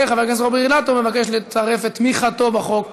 וחבר הכנסת רוברט אילטוב מבקש לצרף את תמיכתו בחוק,